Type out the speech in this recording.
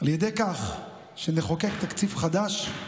על ידי כך שנחוקק תקציב חדש,